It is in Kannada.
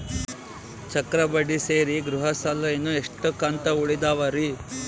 ಚಕ್ರ ಬಡ್ಡಿ ಸೇರಿ ಗೃಹ ಸಾಲ ಇನ್ನು ಎಷ್ಟ ಕಂತ ಉಳಿದಾವರಿ?